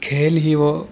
کھیل ہی وہ